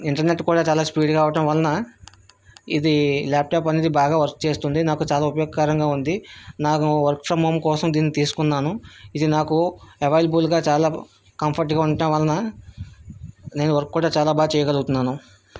internet కూడా చాలా స్పీడ్గా అవ్వటం వలన ఇది లాప్టాప్ అనేది బాగా వర్క్ చేస్తుంది నాకు చాలా ఉపయోగకరంగా ఉంది నాకు వర్క్ ఫ్రమ్ హోం కోసం దీన్ని తీసుకున్నాను ఇది నాకు అవేలబుల్గా చాలా కంఫర్ట్గా ఉండటం వలన నేను వర్క్ కూడా చాలా బాగా చేయగలుగుతున్నాను